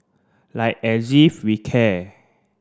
like as if we care